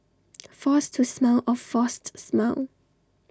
force to smile A forced smile